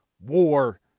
war